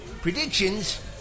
predictions